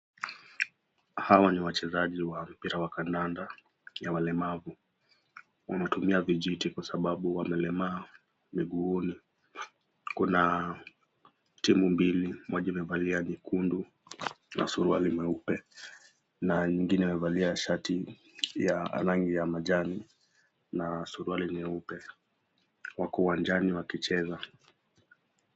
Hawa ni wachezaji wa mpira wa kandanda lakini ya walemavu. Wanatumia vijiti kwa sababu Wamelemaa mguuni. Kuna timu mbili moja imevalia nyekundu na suruali meupe. Na nyingine imevalia shati ya rangi ya manjano na suruali nyeupe. Wako uwanjani wakicheza.